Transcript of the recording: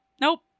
nope